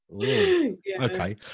Okay